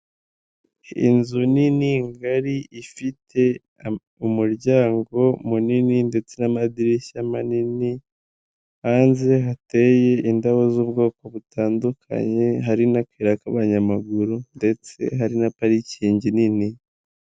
Iyi nzu nini ngari ifite umuryango munini ndetse n'amadirishya manini, hanze hateye indabo z'ubwoko butandukanye, hari n'akayira k'abanyamaguru ndetse hari na parikingi nini.